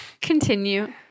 Continue